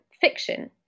fiction